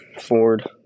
Ford